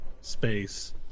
space